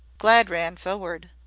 glad ran forward.